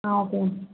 ఆ ఓకే అండీ